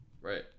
Right